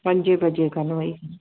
पंजे वजे खनि वेही करे